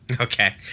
Okay